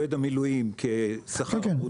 עובד המילואים כשכיר.